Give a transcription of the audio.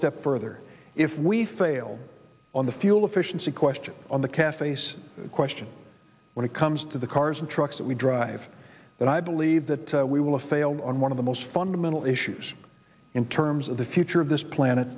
step further if we fail on the fuel efficiency question on the cafe's question when it comes to the cars and trucks we drive and i believe that we will fail on one of the most fundamental issues in terms of the future of this planet